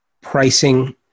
pricing